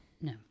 No